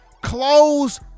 close